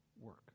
work